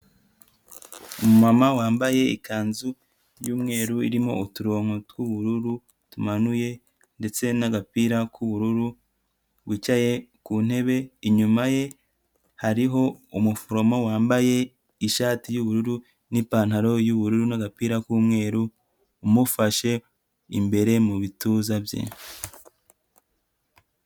Umumama wambaye ikanzu y'umweru, irimo uturonko tw'ubururu, tumanuye ndetse n'agapira k'ubururu, wicaye ku ntebe, inyuma ye hariho umuforomo wambaye ishati y'ubururu n'ipantaro y'ubururu n'agapira k'umweru, umufashe imbere mu bituza bye.